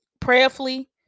prayerfully